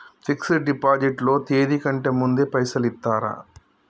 Fix డ్ deposit లో తేది కంటే ముందే పైసలు ఇత్తరా?